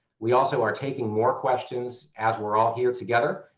we also are taking more questions as we're all here together.